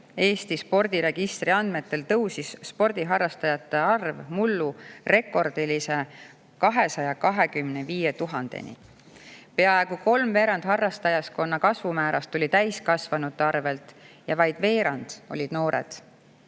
Eesti spordiregistri andmetel tõusis spordiharrastajate arv mullu rekordilise 225 000‑ni. Peaaegu kolmveerand harrastajaskonna kasvu määrast tuli täiskasvanute arvelt ja vaid veerand olid noored.